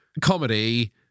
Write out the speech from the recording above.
comedy